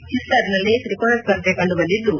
ಹಿಸ್ಸಾರ್ನಲ್ಲಿ ತ್ರಿಕೋನ ಸ್ಪರ್ಧೆ ಕಂಡುಬಂದಿದ್ದು